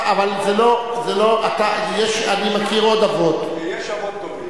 אני מכיר עוד אבות, ויש אבות טובים.